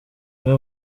imwe